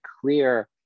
clear